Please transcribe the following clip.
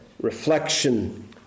reflection